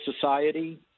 society